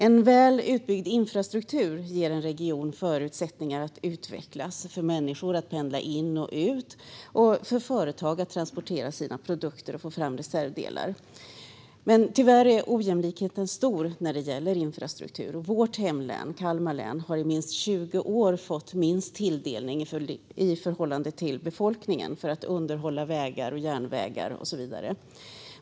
En väl utbyggd infrastruktur ger förutsättningar för en region att utvecklas, för människor att pendla in och ut och för företag att transportera sina produkter och få fram reservdelar. Tyvärr är ojämlikheten stor när det gäller infrastruktur. Vårt hemlän, Kalmar län, har i minst 20 år fått lägst tilldelning i förhållande till befolkningen för att underhålla vägar, järnvägar och så vidare.